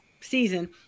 season